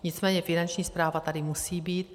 Nicméně Finanční správa tady musí být.